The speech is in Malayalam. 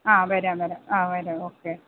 ആ വരാം വരാം ആ വരാം ഓക്കെ